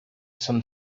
some